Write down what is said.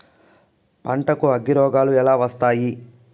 పంటకు అగ్గిరోగాలు ఎలా వస్తాయి?